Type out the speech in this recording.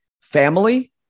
family